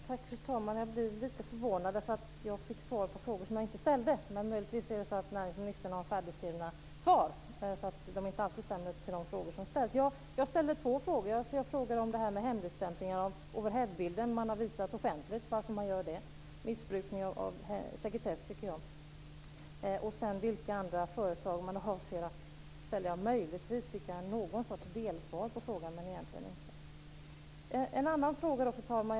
Fru talman! Jag blir lite förvånad, därför att jag fick svar på frågor som jag inte ställde. Men möjligtvis är det så att näringsministern har färdigskrivna svar, så att de inte alltid stämmer med de frågor som ställs. Jag ställde två frågor: Jag frågade om det här med hemligstämplingen av overheadbilder man har visat offentligt: varför man gör det. Det är missbruk av sekretess, tycker jag. Jag frågade också vilka andra företag man avser att köpa, och möjligtvis fick jag någon sorts delsvar på frågan, men egentligen inte. En annan fråga då, fru talman.